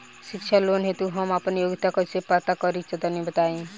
शिक्षा लोन हेतु हम आपन योग्यता कइसे पता करि तनि बताई?